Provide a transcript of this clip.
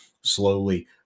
slowly